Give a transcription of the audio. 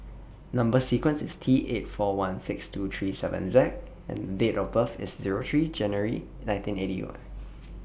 Number sequence IS T eight four one six two three seven Z and Date of birth IS Zero three January nineteen eighty